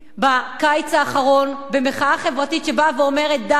בקיץ האחרון, במחאה חברתית שבאה ואומרת: די,